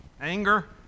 Anger